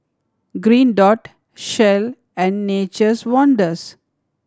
Green Dot Shell and Nature's Wonders